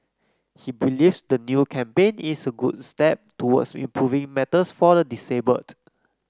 he believes the new campaign is a good step towards improving matters for the disabled